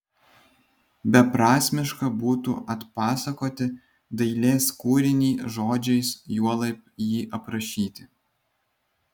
beprasmiška būtų atpasakoti dailės kūrinį žodžiais juolab jį aprašyti